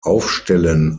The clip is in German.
aufstellen